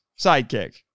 sidekick